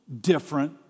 different